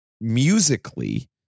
Musically